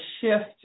shift